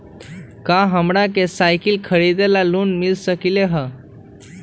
का हमरा के साईकिल खरीदे ला लोन मिल सकलई ह?